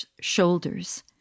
shoulders